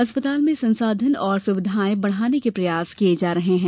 अस्पताल में संसाधन और सुविधायें बढ़ाने के प्रयास किये जा रहे हैं